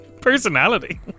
Personality